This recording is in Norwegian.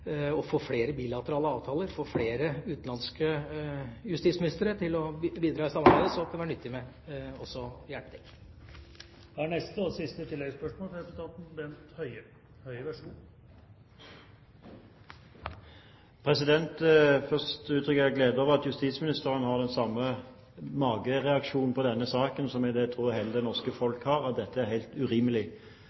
få flere bilaterale avtaler – få flere lands justisministre til å bidra i samarbeidet – kan det være nyttig å hjelpe til. Bent Høie – til oppfølgingsspørsmål. Først vil jeg uttrykke glede over at justisministeren i denne saken har den samme magefølelsen som jeg tror hele det norske folk har, at dette er helt urimelig.